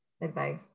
advice